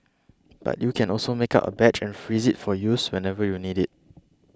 but you can also make up a batch and freeze it for use whenever you need it